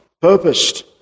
purposed